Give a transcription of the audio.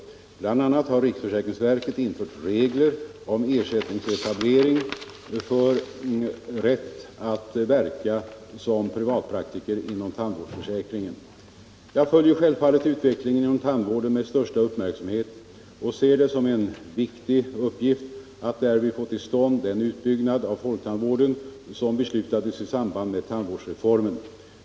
BI. a. har riksförsäkringsverket infört regler om ersättningsetablering för rätt att verka som privatpraktiker inom tandvårdsförsäkringen. Jag följer självfallet utvecklingen inom tandvården med största uppmärksamhet och ser det som en viktig uppgift att därvid få till stånd den utbyggnad av folktandvården som beslutades i samband med tandvårdsreformen.